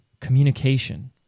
communication